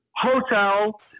Hotel